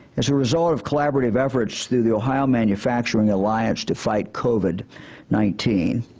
as a result of collaborative efforts through the ohio manufacturing alliance to fight covid nineteen,